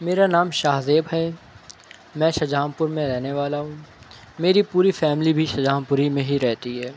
میرا نام شاہزیب ہے میں شاہ جہاں پور میں رہنے والا ہوں میری پوری فیملی بھی شاہ جہاں پور ہی میں ہی رہتی ہے